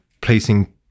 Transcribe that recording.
placing